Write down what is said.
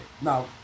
Now